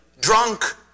drunk